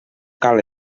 cal